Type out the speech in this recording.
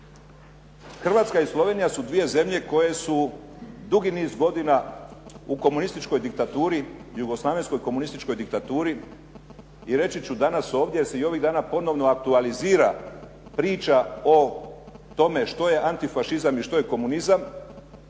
Hrvatska i Slovenija su dvije zemlje koje su dugi niz godina u komunističkoj diktaturi, jugoslavenskoj komunističkoj diktaturi i reći ću danas ovdje jer se i ovih dana ponovno aktualizira priča o tome što je antifašizam i što je komunizam